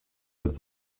als